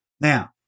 Now